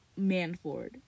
Manford